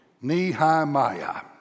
Nehemiah